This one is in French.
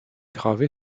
gravé